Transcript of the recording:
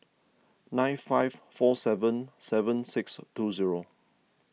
nine five four seven seven six two zero